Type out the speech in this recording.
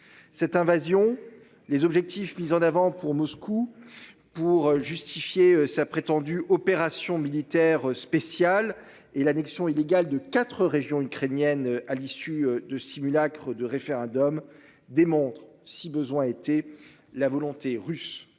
Cette invasion les objectifs mis en avant pour Moscou. Pour justifier sa prétendue opération militaire spéciale et l'annexion illégale de quatre régions ukrainiennes à l'issue de simulacres de référendums démontre si besoin était, la volonté russe